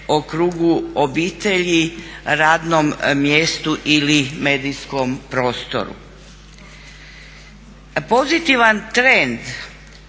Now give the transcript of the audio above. o krugu obitelji, radnom mjestu ili medijskom prostoru. Pozitivan trend